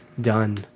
done